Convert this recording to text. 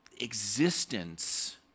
existence